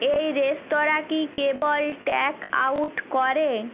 এই রেস্তোরাঁ কি কেবল টেক আউট করে